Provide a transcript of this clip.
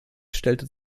stellte